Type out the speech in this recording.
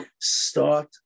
start